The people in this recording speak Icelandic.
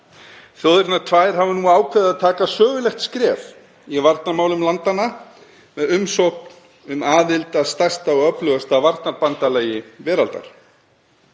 Þjóðirnar tvær hafa nú ákveðið að taka sögulegt skref í varnarmálum landanna með umsókn um aðild að stærsta og öflugasta varnarbandalagi veraldar.